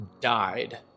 died